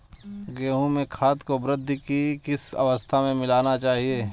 गेहूँ में खाद को वृद्धि की किस अवस्था में मिलाना चाहिए?